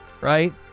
right